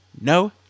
no